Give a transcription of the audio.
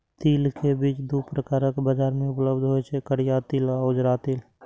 तिल के बीज दू प्रकारक बाजार मे उपलब्ध होइ छै, करिया तिल आ उजरा तिल